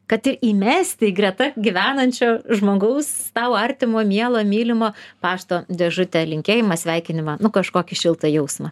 kad ir įmesti į greta gyvenančio žmogaus tau artimo mielo mylimo pašto dėžutę linkėjimą sveikinimą nu kažkokį šiltą jausmą